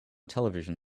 television